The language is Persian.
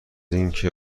اینکه